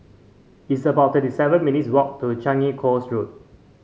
it's about thirty seven minutes' walk to Changi Coast Road